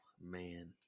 Man